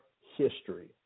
history